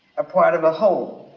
a part of a whole.